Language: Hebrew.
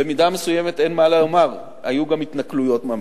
במידה מסוימת, אין מה לומר, היו גם היתקלויות ממש.